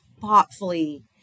thoughtfully